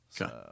okay